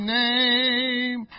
name